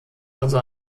also